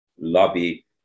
lobby